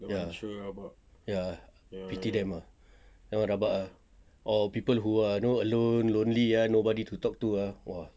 ya ya pity them ah that one rabak ah or people who are you know alone lonely ah nobody to talk to ah !wah!